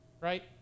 right